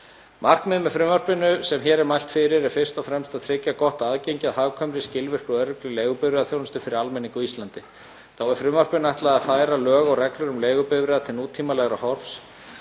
Markmiðið með frumvarpinu, sem hér er mælt fyrir, er fyrst og fremst að tryggja gott aðgengi að hagkvæmri, skilvirkri og öruggri leigubifreiðaþjónustu fyrir almenning á Íslandi. Þá er frumvarpinu ætlað að færa lög og reglur um leigubifreiðar til nútímalegra horfs